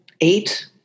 eight